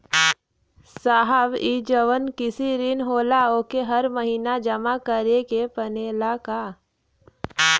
साहब ई जवन कृषि ऋण होला ओके हर महिना जमा करे के पणेला का?